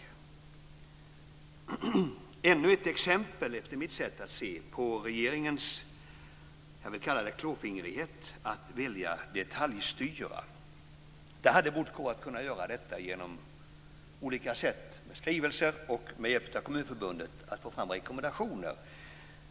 Det är ännu ett exempel, enligt mitt sätt att se, på regeringens klåfingrighet att vilja detaljstyra. Det borde ha gått att göra detta på olika sätt, med skrivelser och med hjälp av Kommunförbundet, för att få fram rekommendationer.